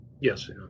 Yes